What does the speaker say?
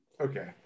Okay